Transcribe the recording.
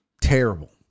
Terrible